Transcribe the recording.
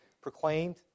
proclaimed